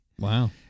Wow